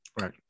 Right